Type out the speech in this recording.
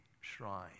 shrine